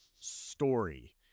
story